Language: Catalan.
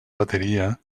bateria